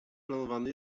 planowany